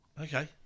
Okay